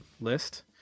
list